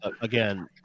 again